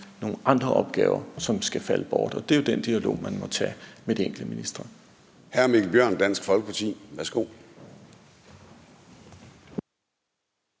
nogle andre opgaver, som skal falde bort, og det er jo den dialog, man må tage med de enkelte ministre.